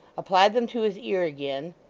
applied them to his ear again,